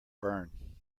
burn